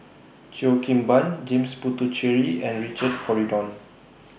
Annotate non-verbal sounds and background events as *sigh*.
Cheo Kim Ban James Puthucheary and *noise* Richard Corridon